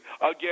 again